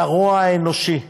לרוע האנושי,